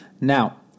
Now